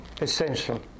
essential